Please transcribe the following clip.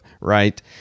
right